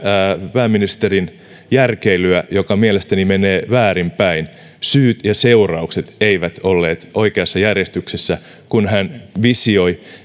pääministerin järkeilyä joka mielestäni menee väärinpäin syyt ja seuraukset eivät olleet oikeassa järjestyksessä kun hän visioi